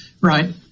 Right